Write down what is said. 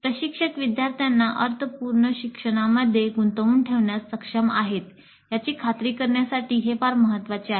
प्रशिक्षक विद्यार्थ्यांना अर्थपूर्ण शिक्षणामध्ये गुंतवून ठेवण्यास सक्षम आहे याची खात्री करण्यासाठी हे फार महत्वाचे आहे